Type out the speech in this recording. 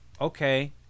okay